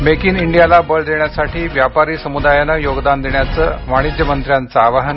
make in इंडियाला बळ देण्यासाठी व्यापारी समुदायानं योगदान देण्याचं वाणिज्य मंत्र्याच आवाहन